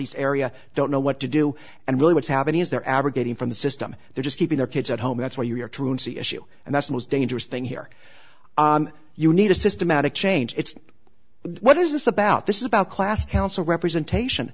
east area don't know what to do and really what's happening is they're abrogating from the system they're just keeping their kids at home that's where you are truancy issue and that's the most dangerous thing here you need a systematic change it's what is this about this is about class council representation